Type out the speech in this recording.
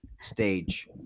Stage